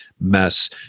mess